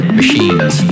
machines